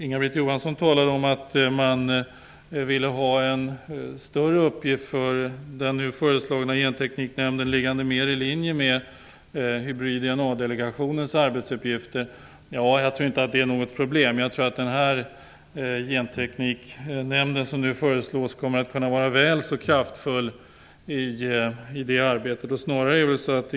Inga-Britt Johansson talade om att socialdemokraterna ville ha en större uppgift för den nu föreslagna gentekniknämnden som skulle ligga mer i linje med Hybrid-DNA-delegationens arbetsuppgifter. Jag tror inte att det är något problem. Den gentekniknämnd som nu föreslås kommer att visa sig väl så kraftfull i sitt arbete.